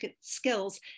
skills